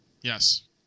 Yes